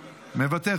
מוותר,